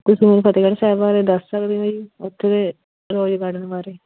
ਤੁਸੀਂ ਮੈਨੂੰ ਫਤਿਹਗੜ੍ਹ ਸਾਹਿਬ ਬਾਰੇ ਦੱਸ ਸਕਦੇ ਹੋ ਜੀ ਉੱਥੇ ਦੇ ਰੋਜ਼ ਗਾਰਡਨ ਬਾਰੇ